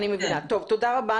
תודה רבה.